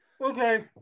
okay